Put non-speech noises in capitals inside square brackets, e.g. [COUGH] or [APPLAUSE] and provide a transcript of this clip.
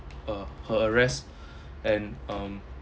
uh her arrest [BREATH] and um